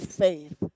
faith